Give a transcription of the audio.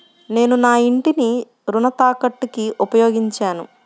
నేను నా ఇంటిని రుణ తాకట్టుకి ఉపయోగించాను